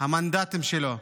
המנדטים שלו,